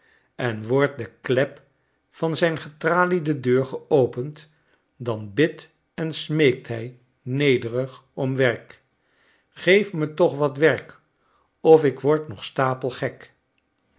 en wordt de klep van zijn getraliede deur geopend dan bidt en smeekt hij nederig om werk gfeef me toch wat werk of ik word nog stapelgek